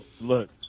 look